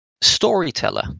Storyteller